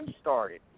started